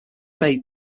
united